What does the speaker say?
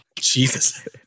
Jesus